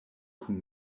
kun